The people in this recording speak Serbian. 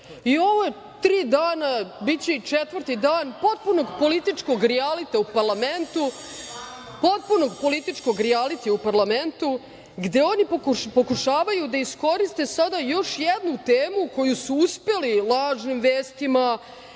i ova tri dana, biće i četvrti dan, potpunog političkog rijalitija u parlamentu, gde oni pokušavaju da iskoriste sada još jednu temu koju su uspeli lažnim vestima,